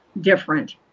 different